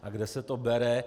A kde se to bere.